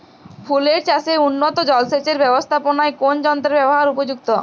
ফুলের চাষে উন্নত জলসেচ এর ব্যাবস্থাপনায় কোন যন্ত্রের ব্যবহার উপযুক্ত?